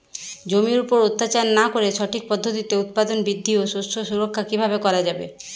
জমির উপর অত্যাচার না করে সঠিক পদ্ধতিতে উৎপাদন বৃদ্ধি ও শস্য সুরক্ষা কীভাবে করা যাবে?